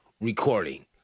recording